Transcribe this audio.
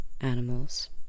animals